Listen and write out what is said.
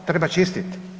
Treba čistiti?